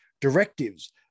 directives